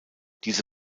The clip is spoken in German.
diese